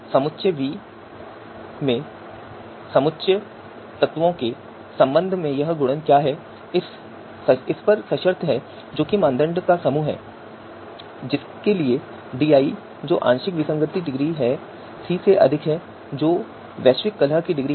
समुच्चय V के समुच्चय तत्वों के संबंध में यह गुणन क्या है इस पर सशर्त है जो कि मानदंड का समूह है जिसके लिए di जो आंशिक विसंगति की डिग्री है C से अधिक है जो कि वैश्विक कलह की डिग्री है